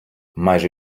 майже